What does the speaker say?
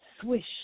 swish